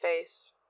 face